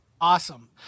Awesome